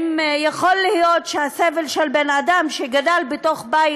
אם יכול להיות שהסבל של בן-אדם שגדל בבית